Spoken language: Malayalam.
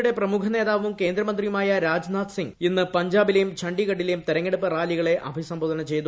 പിയുടെ പ്രമുഖ നേതാവും കേന്ദ്രമന്ത്രിയുമായ രാജ്നാഥ് സിംഗ് ഇന്ന് പഞ്ചാബിലെയും ഛണ്ടീഗട്ടിലേയും തെരഞ്ഞെടുപ്പ് റാലികളെ അഭിസംബോധന ചെയ്തു